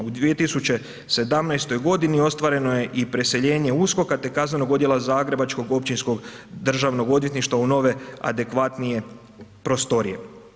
U 2017. godini ostvareno je i preseljenje USKOK-a te kaznenog odjela zagrebačkog Općinskog državnog odvjetništva u nove adekvatnije prostorije.